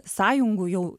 sąjungų jau